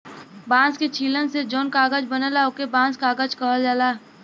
बांस के छीलन से जौन कागज बनला ओके बांस कागज कहल जाला